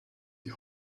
die